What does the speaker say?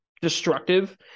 destructive